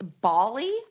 Bali